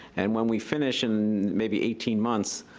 and when we finish in maybe eighteen months,